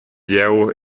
jeu